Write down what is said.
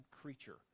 creature